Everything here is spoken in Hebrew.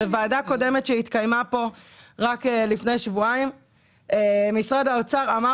בוועדה קודמת שהתקיימה פה רק לפני שבועיים משרד האוצר אמר